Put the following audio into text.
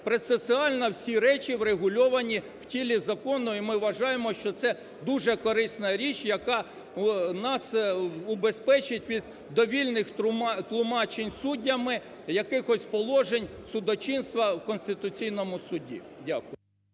процесуально всі речі врегульовані в тілі закону і ми вважаємо, що це дуже корисна річ, яка нас убезпечить від довільних тлумачень суддями, якихось положень судочинства в Конституційному Суді. Дякую.